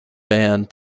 band